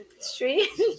Strange